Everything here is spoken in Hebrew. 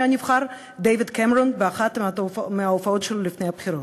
הנבחר דייוויד קמרון באחת מההופעות שלו לפני הבחירות.